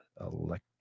Electric